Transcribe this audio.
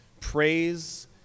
Praise